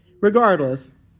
Regardless